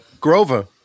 Grover